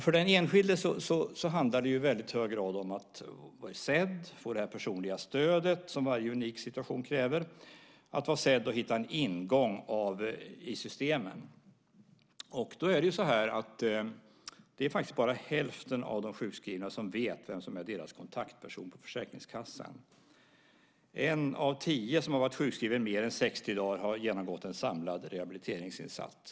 För den enskilde handlar det i hög grad om att vara sedd, om det personliga stöd som varje unik situation kräver - att vara sedd och hitta en ingång i systemen. Men bara hälften av de sjukskrivna vet vem som är deras kontaktperson på Försäkringskassan. En av tio som varit sjukskriven mer än 60 dagar har genomgått en samlad rehabiliteringsinsats.